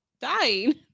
Dying